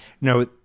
no